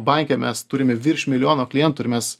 banke mes turime virš milijono klientų ir mes